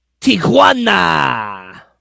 Tijuana